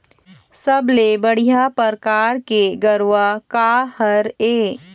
सबले बढ़िया परकार के गरवा का हर ये?